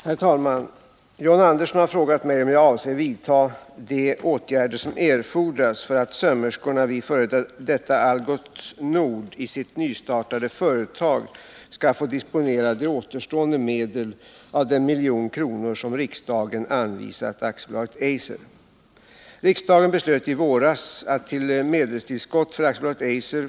Herr talman! John Andersson har frågat mig om jag avser vidta de åtgärder som erfordras för att sömmerskorna vid f. d. Algots Nord i sitt nystartade företag skall få disponera de återstående medel av den miljon kronor som riksdagen anvisat AB Eiser.